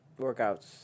workouts